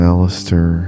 Alistair